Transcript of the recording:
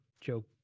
joke